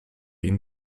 ihn